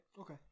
okay